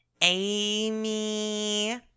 Amy